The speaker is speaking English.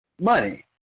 money